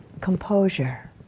composure